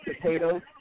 potatoes